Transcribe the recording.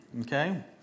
Okay